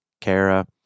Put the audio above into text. Kara